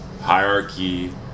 hierarchy